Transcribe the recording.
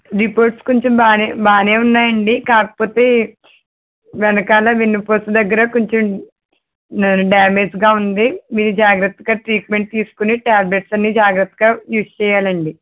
reports కొంచెం బాగానే బాగానే ఉన్నాయండి కాకపోతే వెనకాల వెన్నుపూస దగ్గర కొంచెం నెర్వ్ డామేజ్ గా ఉంది మీరు జాగ్రత్తగా ట్రీట్మెంట్ తీసుకుని టాబ్లెట్స్ అన్ని జాగ్రత్తగా యూజ్ చేయాలండి